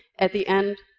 at the end,